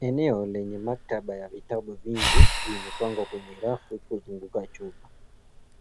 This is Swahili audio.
Eneo lenye maktaba ya vitabu vingi, vimepangwa kwenye rafu kuzunguka chumba.